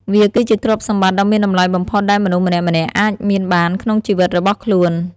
វាគឺជាទ្រព្យសម្បត្តិដ៏មានតម្លៃបំផុតដែលមនុស្សម្នាក់ៗអាចមានបានក្នុងជីវិតរបស់ខ្លួន។